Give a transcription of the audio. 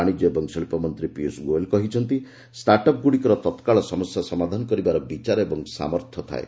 ବାଣିଜ୍ୟ ଏବଂ ଶିଳ୍ପମନ୍ତ୍ରୀ ପିୟୁଷ୍ ଗୋୟଲ୍ କହିଛନ୍ତି ଷ୍ଟାର୍ଟ ଅପ୍ଗୁଡ଼ିକର ତ୍କାଳ ସମସ୍ୟା ସମାଧାନ କରିବାର ଓ ସାମର୍ଥ୍ୟ ଥାଏ